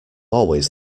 always